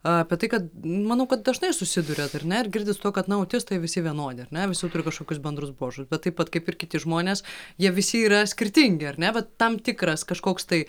apie tai kad manau kad dažnai susiduriat ar ne ir girdit tuo kad na autistai visi vienodi ar ne visi turi kažkokius bendrus bruožus bet taip pat kaip ir kiti žmonės jie visi yra skirtingi ar ne vat tam tikras kažkoks tai